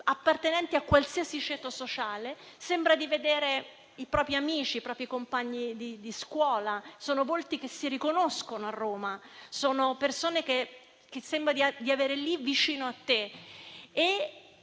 appartenenti a qualsiasi ceto sociale. Sembra di vedere i propri amici, i propri compagni di scuola; sono volti che si riconoscono a Roma, persone che sembra di avere vicino.